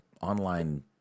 online